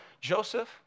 Joseph